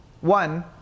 One